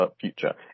future